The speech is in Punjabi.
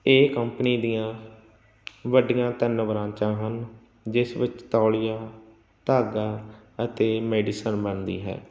ਇਹ ਕੰਪਨੀ ਦੀਆਂ ਵੱਡੀਆਂ ਤਿੰਨ ਬਰਾਂਚਾਂ ਹਨ ਜਿਸ ਵਿੱਚ ਤੌਲੀਆ ਧਾਗਾ ਅਤੇ ਮੈਡੀਸਨ ਬਣਦੀ ਹੈ